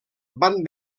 van